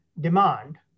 demand